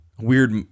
weird